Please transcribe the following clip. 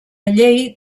llei